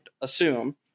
assume